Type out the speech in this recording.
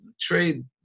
Trade